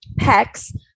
PECs